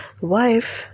wife